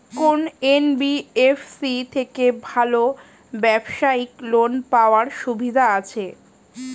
কোন এন.বি.এফ.সি থেকে ভালো ব্যবসায়িক লোন পাওয়ার সুবিধা আছে?